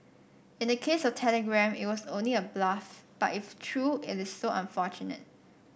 in the case of Telegram it was only a bluff but if true it is so unfortunate